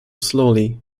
slowly